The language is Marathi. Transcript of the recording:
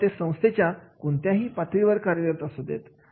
किंवा ते संस्थेच्या कोणत्याही पातळीवर कार्य असू देत